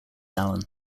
allan